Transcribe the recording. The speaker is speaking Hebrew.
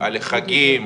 על החגים,